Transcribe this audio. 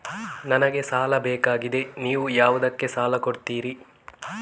ನನಗೆ ಸಾಲ ಬೇಕಾಗಿದೆ, ನೀವು ಯಾವುದಕ್ಕೆ ಸಾಲ ಕೊಡ್ತೀರಿ?